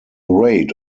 rate